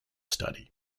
study